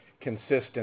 consistent